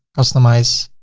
customize